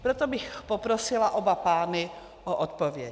Proto bych poprosila oba pány o odpověď.